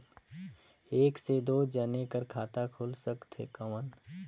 एक से दो जने कर खाता खुल सकथे कौन?